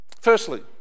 Firstly